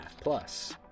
Plus